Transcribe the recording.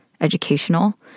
educational